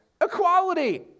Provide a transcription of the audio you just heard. Equality